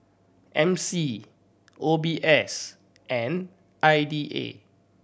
M C O B S and I D A